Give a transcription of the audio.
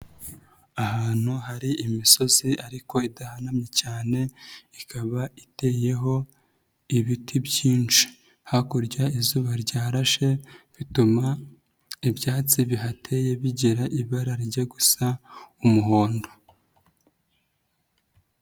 Ahantu hari imisozi ariko idahanamye cyane ikaba iteyeho ibiti byinshi, hakurya izuba ryarashe bituma ibyatsi bihateye bigira ibara rijya gusa umuhondo.